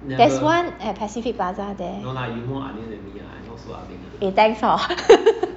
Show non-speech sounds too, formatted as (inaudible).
there's one at pacific plaza there eh thanks hor (laughs)